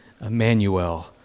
Emmanuel